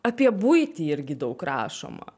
apie buitį irgi daug rašoma